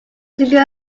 single